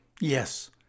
Yes